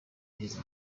yaheze